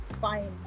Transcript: Fine